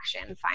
action